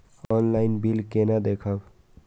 Online bill केना देखब?